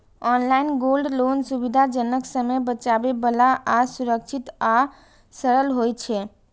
online gold loan सुविधाजनक, समय बचाबै बला आ सुरक्षित आ सरल होइ छै